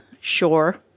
sure